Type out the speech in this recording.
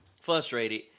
frustrated